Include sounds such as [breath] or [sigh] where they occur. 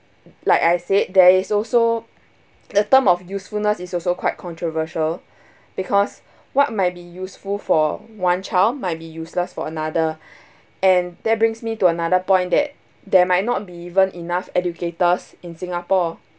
like I said there is also the term of usefulness is also quite controversial [breath] because what might be useful for one child might be useless for another [breath] and that brings me to another point that there might not be even enough educators in singapore